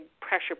pressure